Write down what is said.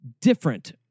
different